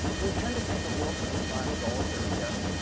we tend to think of wilson as a guy who was always at his desk.